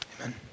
amen